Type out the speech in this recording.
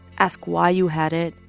ask why you had it,